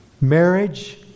marriage